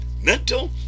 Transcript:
mental